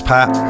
Pat